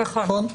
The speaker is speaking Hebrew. נכון.